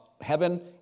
heaven